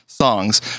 songs